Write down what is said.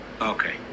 Okay